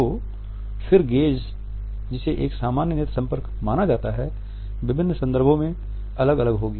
तो फिर गेज़ जिसे एक सामान्य नेत्र संपर्क माना जाता है विभिन्न संदर्भों में अलग अलग होगी